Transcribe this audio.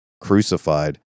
crucified